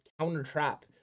counter-trap